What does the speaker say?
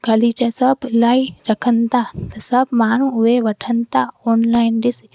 ॻालीचा सभु इलाही रखनि था सब माण्हूं उहे वठनि था ओनलाइन ॾिसी